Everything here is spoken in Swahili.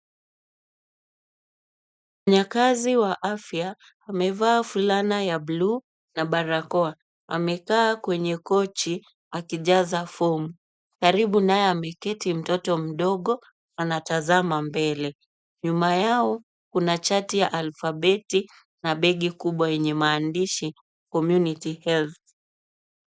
Mfanyakazi wa afya amevaa fulana ya buluu na barakoa. Amekaa kwenye kochi akijaza fomu. Karibu naye ameketi mtoto mdogo anatazama mbele. Nyuma yao kuna chati ya alfabeti na begi kubwa yenye maandishi COMMUNITY HEALTH.